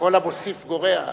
כל המוסיף גורע.